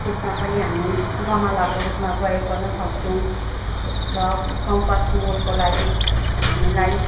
त्यसमा पनि हामी गमलाको रूपमा प्रयोग गर्न सक्छौँ र कम्पोस्ट मलको लागि हामीलाई